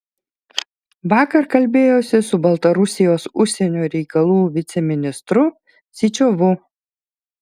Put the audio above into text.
vakar kalbėjosi su baltarusijos užsienio reikalų viceministru syčiovu